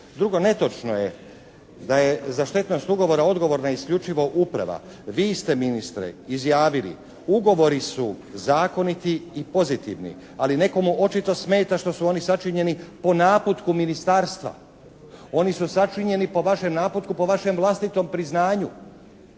Drugo, netočno je da je za štetnost ugovora odgovorna isključivo Uprava. Vi ste ministre izjavili: «Ugovori su zakoniti i pozitivni. Ali nekomu očito smeta što su oni sačinjeni po naputku Ministarstva.» Oni su sačinjeni po vašem naputku po vašem vlastitom priznanju.